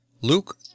Luke